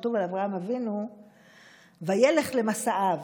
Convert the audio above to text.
כתוב על אברהם אבינו "וילך למסעיו".